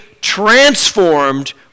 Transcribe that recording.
transformed